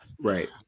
Right